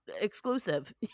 exclusive